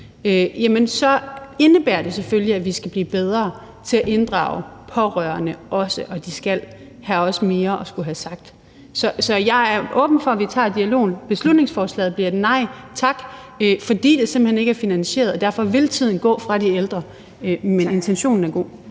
så mange, som har demens, at vi skal blive bedre til at inddrage også de pårørende, og de skal også have mere at skulle have sagt. Så jeg er åben for, at vi tager dialogen. Det bliver et nej til beslutningsforslaget, fordi det simpelt hen ikke er finansieret, og derfor ville tiden gå fra de ældre, men intentionen er god.